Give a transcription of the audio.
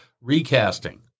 recasting